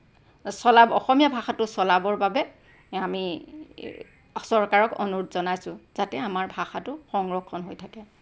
চলাব অসমীয়া ভাষাটো চলাবৰ বাবে আমি চৰকাৰক অনুৰোধ জনাইছোঁ যাতে আমাৰ ভাষাটো সংৰক্ষণ হৈ থাকে